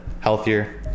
healthier